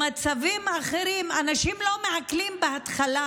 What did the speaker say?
במצבים אחרים האנשים לא מעכלים בהתחלה,